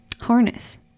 harness